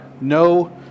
no